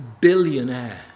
billionaire